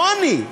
לא אני,